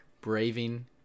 braving